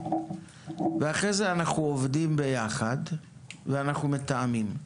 ואחרי זה אנחנו עובדים ביחד ואנחנו מתאמים.